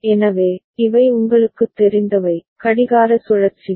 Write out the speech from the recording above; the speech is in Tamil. எனவே இவை உங்களுக்குத் தெரிந்தவை கடிகார சுழற்சிகள்